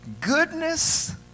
Goodness